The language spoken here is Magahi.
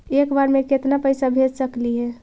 एक बार मे केतना पैसा भेज सकली हे?